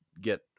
get